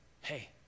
Hey